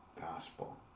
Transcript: gospel